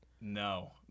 no